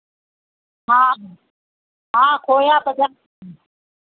हाँ हाँ खोया